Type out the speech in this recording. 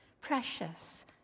precious